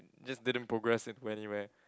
just didn't progress in to anywhere